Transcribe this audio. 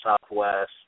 Southwest